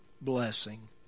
blessing